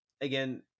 again